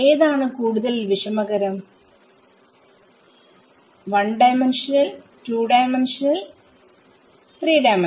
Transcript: ഏതാണ് കൂടുതൽ വിഷമകരം 1D 2D 3D